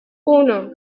uno